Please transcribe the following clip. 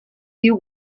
you